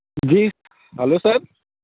جی hello سر